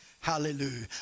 Hallelujah